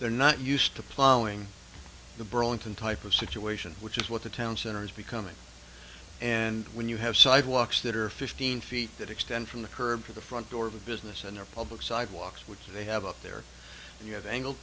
they're not used to plowing the burlington type of situation which is what the town center is becoming and when you have sidewalks that are fifteen feet that extend from the curb to the front door of the business and the public sidewalks which they have up there and you have angle